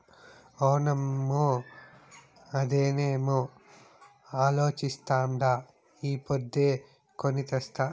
అవునమ్మో, అదేనేమో అలోచిస్తాండా ఈ పొద్దే కొని తెస్తా